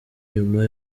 nyuma